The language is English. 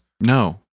No